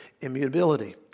immutability